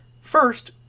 First